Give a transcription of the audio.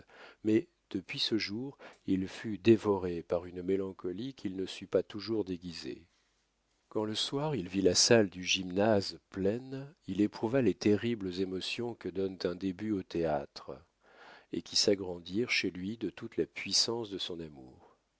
mais depuis ce jour il fut dévoré par une mélancolie qu'il ne sut pas toujours déguiser quand le soir il vit la salle du gymnase pleine il éprouva les terribles émotions que donne un début au théâtre et qui s'agrandirent chez lui de toute la puissance de son amour